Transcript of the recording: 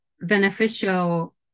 beneficial